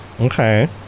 Okay